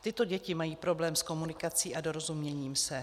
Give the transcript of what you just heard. Tyto děti mají problém s komunikací a dorozuměním se.